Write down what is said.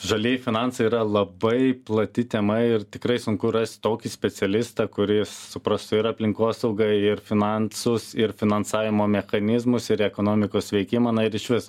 žalieji finansai yra labai plati tema ir tikrai sunku rast tokį specialistą kuris suprastų ir aplinkosaugą ir finansus ir finansavimo mechanizmus ir ekonomikos veikimą na ir išvis